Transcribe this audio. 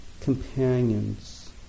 companions